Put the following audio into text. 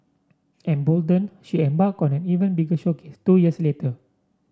emboldened she embarked on an even bigger showcase two years later